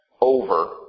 over